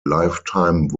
lifetime